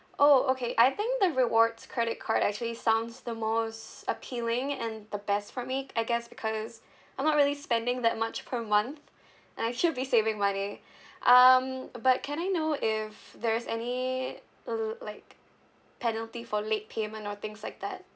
oh okay I think the rewards credit card actually sounds the most appealing and the best for me I guess because I'm not really spending that much per month and I should be saving money um but can I know if there's any uh l~ like penalty for late payment or things like that